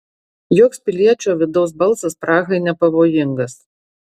joks piliečio vidaus balsas prahai nepavojingas